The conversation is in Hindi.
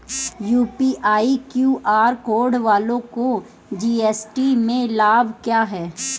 यू.पी.आई क्यू.आर कोड वालों को जी.एस.टी में लाभ क्या है?